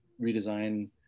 redesign